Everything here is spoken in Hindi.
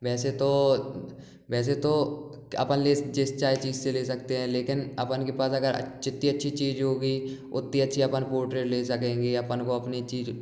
वैसे तो वैसे तो अपन जिस चाहे चीज से ले सकते हैं लेकिन अपन के पास अगर जितनी अच्छी चीज होगी उतनी अच्छी अपन पोर्ट्रेट ले सकेंगे अपन को अपनी चीज